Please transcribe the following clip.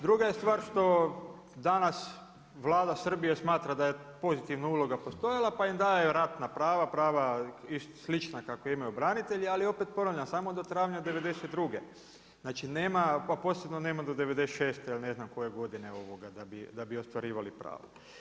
Druga je stvar što danas vlada Srbije smatra da je pozitivna uloga postojala pa im daju ratna prava, prava slična kakva imaju branitelji, ali opet ponavljam samo do travnja '92., a posebno nema do '96. ili ne znam koje godine da bi ostvarivali prava.